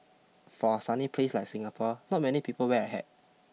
for a sunny place like Singapore not many people wear a hat